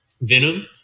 Venom